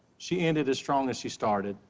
she ended as strong as she started.